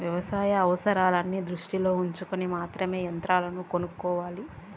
వ్యవసాయ అవసరాన్ని దృష్టిలో ఉంచుకొని మాత్రమే యంత్రాలను కొనుక్కోవాలి